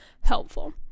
helpful